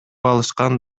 алышкан